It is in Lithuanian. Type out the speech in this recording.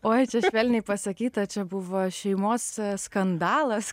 oi čia švelniai pasakyta čia buvo šeimos skandalas